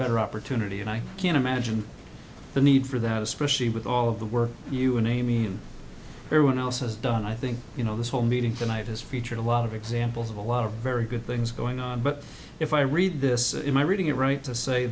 better opportunity and i can't imagine the need for that especially with all of the work you an amy and everyone else has done i think you know this whole meeting tonight has featured a lot of examples of a lot of very good things going on but if i read this in my reading your right to say